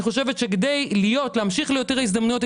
חושבת שכדי להמשיך להיות עיר ההזדמנויות,